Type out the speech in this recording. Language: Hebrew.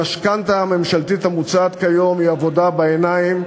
המשכנתה הממשלתית המוצעת כיום היא עבודה בעיניים,